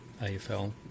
AFL